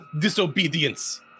disobedience